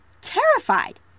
Terrified